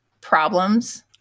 problems